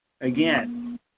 again